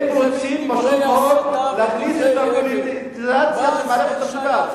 הם רוצים להכניס את הפוליטיזציה למערכת המשפט.